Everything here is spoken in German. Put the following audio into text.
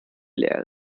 leer